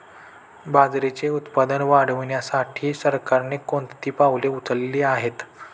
बाजरीचे उत्पादन वाढविण्यासाठी सरकारने कोणती पावले उचलली आहेत?